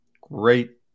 Great